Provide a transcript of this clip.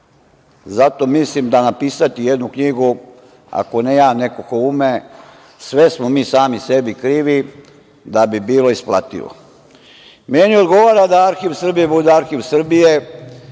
Zato mislim da napisati jednu knjigu, ako ne ja, neko ko ume, „sve smo mi sami sebi krivi“ da bi bilo isplativo. Meni odgovara da Arhiv Srbije bude Arhiv Srbije,